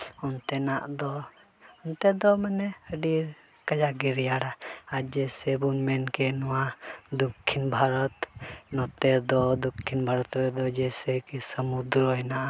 ᱚᱱᱛᱮᱱᱟᱜ ᱫᱚ ᱚᱱᱛᱮ ᱫᱚ ᱢᱟᱱᱮ ᱟᱹᱰᱤ ᱠᱟᱡᱟᱠ ᱜᱮ ᱨᱮᱭᱟᱲᱟ ᱟᱨ ᱡᱮᱭᱥᱮ ᱵᱚᱱ ᱢᱮᱱ ᱠᱮᱫ ᱱᱚᱣᱟ ᱫᱚᱠᱠᱷᱤᱱ ᱵᱷᱟᱨᱚᱛ ᱱᱚᱛᱮ ᱫᱚ ᱫᱚᱠᱠᱷᱤᱱ ᱵᱷᱟᱨᱚᱛ ᱨᱮᱫᱚ ᱡᱮᱭᱥᱮ ᱠᱤ ᱥᱚᱢᱩᱫᱨᱚ ᱦᱮᱱᱟᱜᱼᱟ